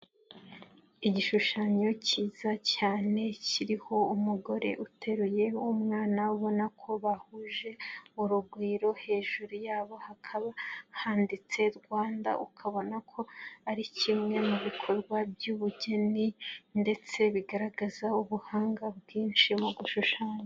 Igishushanyo cyiza cyane kiriho umugore uteruye umwana ubona ko bahuje urugwiro, hejuru yabo hakaba handitse Rwanda, ukabona ko ari kimwe mu bikorwa by'ubugeni ndetse bigaragaza ubuhanga bwinshi mu gushushanya.